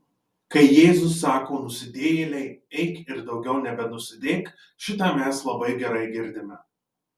kai jėzus sako nusidėjėlei eik ir daugiau nebenusidėk šitą mes labai gerai girdime